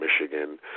Michigan